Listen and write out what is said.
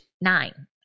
nine